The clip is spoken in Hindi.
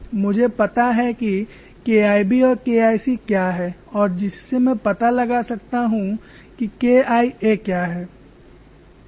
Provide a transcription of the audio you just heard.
मुझे पता है कि K Ib और K Ic क्या है और जिससे मैं पता लगा सकता हूं कि K Ia क्या है